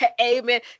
Amen